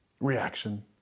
reaction